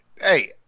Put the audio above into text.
Hey